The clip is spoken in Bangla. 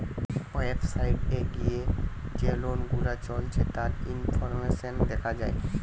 ওয়েবসাইট এ গিয়ে যে লোন গুলা চলছে তার ইনফরমেশন দেখা যায়